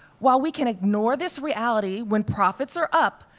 while we can ignore this reality when profits are up,